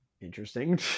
Interesting